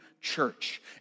church